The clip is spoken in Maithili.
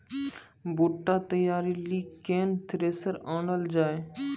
बूटा तैयारी ली केन थ्रेसर आनलऽ जाए?